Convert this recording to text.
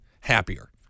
happier